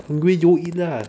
hungry go eat lah